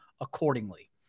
accordingly